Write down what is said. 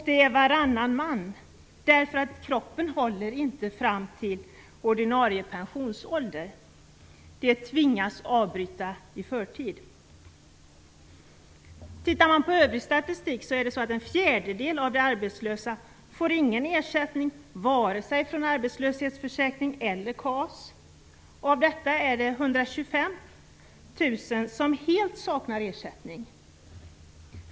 Deras kroppar håller inte fram till ordinarie pensionsålder. De tvingas avbryta sina arbeten i förtid. Man kan titta på övrig statistik. En fjärdedel av de arbetslösa får varken KAS eller ersättning från arbetslöshetsförsäkringen. Av dessa saknar 125 000 helt ersättning.